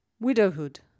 Widowhood